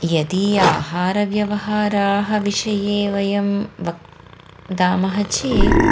यदि आहारव्यवहारविषये वयं वक्दामः चेत्